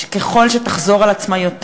ככל שתחזור על עצמה יותר,